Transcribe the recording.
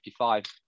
55